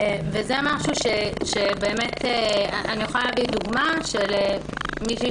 אני יכולה להביא דוגמה על מישהי